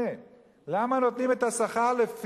למה השכר שלהם שונה?